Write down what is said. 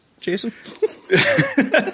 Jason